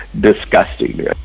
disgusting